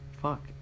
fuck